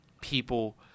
people